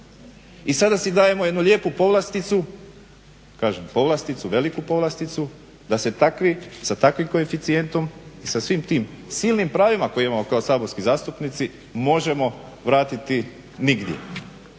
I sada si dajemo jednu lijepu povlasticu, kažem povlasticu, veliku povlasticu, da se takvi sa takvim koeficijentom i sa svim tim silnim pravima koje imamo kao saborski zastupnici možemo vratiti nigdje.